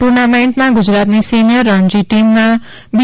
ટુર્નામેન્ટમાં ગુજરાતની સિનિયર રણજી ટીમમાં બી